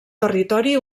territori